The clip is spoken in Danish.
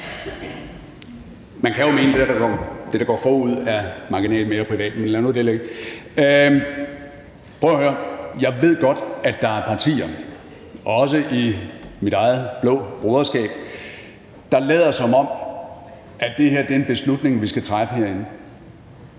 Man kan jo mene, at det, der går forud, er marginalt mere privat – men lad nu det ligge. Prøv at høre: Jeg ved godt, at der er partier – også i det blå broderskab – der lader, som om det her er en beslutning, vi skal træffe herinde.